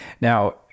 Now